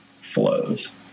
flows